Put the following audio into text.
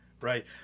right